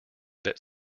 that